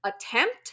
attempt